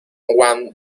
wang